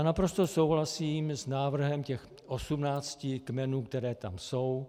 Naprosto souhlasím s návrhem těch osmnácti kmenů, které tam jsou.